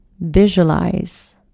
visualize